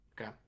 Okay